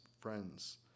friends